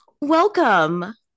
Welcome